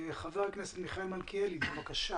חבר הכנסת מיכאל מלכיאלי, בבקשה.